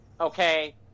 okay